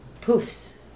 poofs